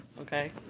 okay